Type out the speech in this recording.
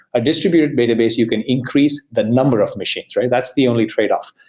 a distributed database, you can increase the number of machines. that's the only tradeoff.